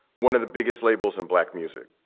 one of the biggest labels in black music.